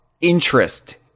interest